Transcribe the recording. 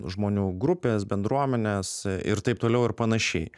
žmonių grupės bendruomenės e ir taip toliau ir panašiai